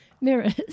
mirrors